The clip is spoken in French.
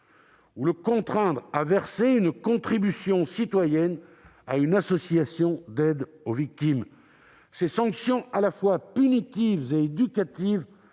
ou le contraindre à verser une contribution citoyenne à une association d'aide aux victimes. Ces sanctions à la fois punitives et éducatives